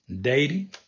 dating